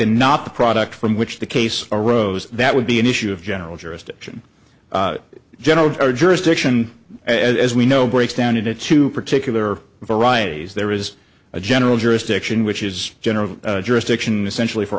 the product from which the case arose that would be an issue of general jurisdiction general or jurisdiction as we know breaks down into two particular varieties there is a general jurisdiction which is general jurisdiction essentially for